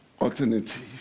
alternative